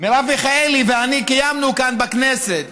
מרב מיכאלי ואני קיימנו כאן בכנסת,